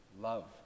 love